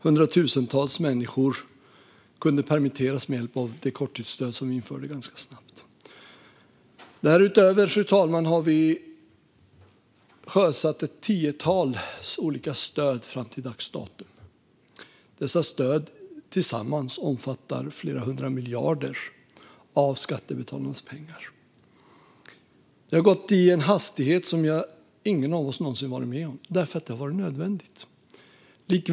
Hundratusentals människor kunde då permitteras med hjälp av det korttidsstöd som vi införde ganska snabbt. Därutöver, fru talman, har vi fram till dags dato sjösatt ett tiotal olika stöd. Dessa stöd omfattar tillsammans flera hundra miljarder av skattebetalarnas pengar. Det har gått i en hastighet som ingen av oss någonsin har varit med om - därför att det har varit nödvändigt.